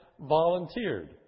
volunteered